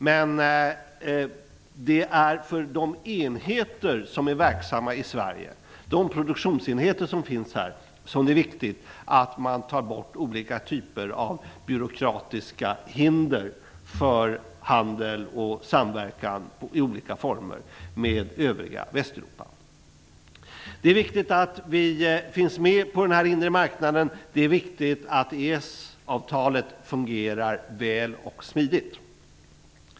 Men för de produktionsenheter som är verksamma i Sverige är det viktigt att vi tar bort olika typer av byråkratiska hinder för handel och samverkan med övriga Västeuropa. Det är viktigt att vi finns med på den inre marknaden. Det är viktigt att EES avtalet fungerar väl och smidigt.